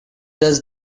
does